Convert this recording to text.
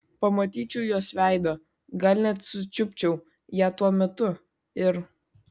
pamatyčiau jos veidą gal net sučiupčiau ją tuo metu ir